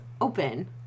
open